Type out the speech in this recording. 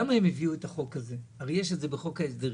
למה הם הביאו את החוק הזה אם יש את זה בחוק ההסדרים?